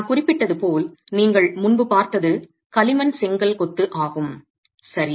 நான் குறிப்பிட்டது போல் நீங்கள் முன்பு பார்த்தது களிமண் செங்கல் கொத்து ஆகும் சரி